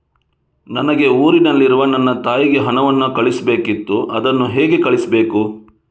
ನನಗೆ ಊರಲ್ಲಿರುವ ನನ್ನ ತಾಯಿಗೆ ಹಣವನ್ನು ಕಳಿಸ್ಬೇಕಿತ್ತು, ಅದನ್ನು ಹೇಗೆ ಕಳಿಸ್ಬೇಕು?